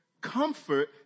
comfort